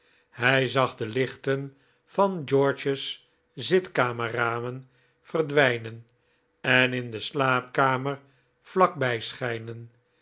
hij zag de lichten van george's zitkamerramen verdwijnen en in de slaapkamer vlak